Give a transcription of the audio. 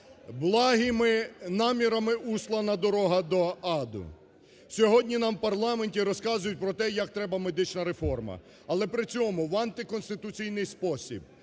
Благими намірами услана дорога до аду. Сьогодні нам в парламенті розказують про те, як треба медична реформа. Але при цьому в антиконституційний спосіб